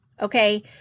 okay